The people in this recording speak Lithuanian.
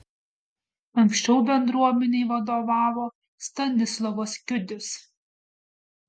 anksčiau bendruomenei vadovavo stanislovas kiudis